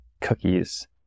cookies